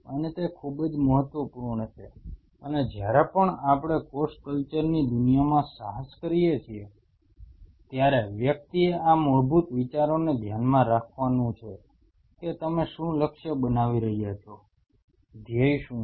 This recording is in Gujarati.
અને તે ખૂબ જ મહત્વપૂર્ણ છે અને જ્યારે પણ આપણે કોષ કલ્ચરની દુનિયામાં સાહસ કરીએ છીએ ત્યારે વ્યક્તિએ આ મૂળભૂત વિચારોને ધ્યાનમાં રાખવાનું છે કે તમે શું લક્ષ્ય બનાવી રહ્યા છો ધ્યેય શું છે